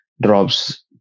drops